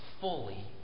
fully